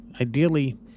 Ideally